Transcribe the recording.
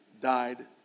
died